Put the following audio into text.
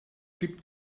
gibt